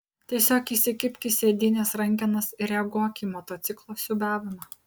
tiesiog įsikibk į sėdynės rankenas ir reaguok į motociklo siūbavimą